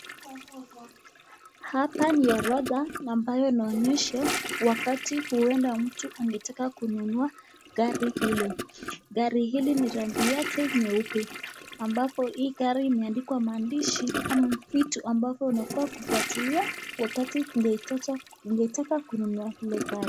Hapa ni orodha ambayo inaonyesha wakati huenda mtu angetaka kununua gari hilo, gari hili ni rangi yake nyeupe ambapo hii gari imeandikwa maandishi ama vitu ambavyo unafaa kufuata wakati unaitaka kununua hiyo gari.